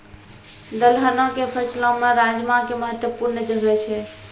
दलहनो के फसलो मे राजमा के महत्वपूर्ण जगह छै